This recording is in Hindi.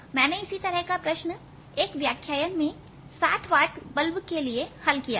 मैंने इसी तरह का प्रश्न एक व्याख्यान में 60 वॉट बल्ब के लिए हल किया था